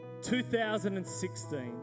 2016